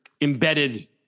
embedded